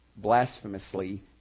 blasphemously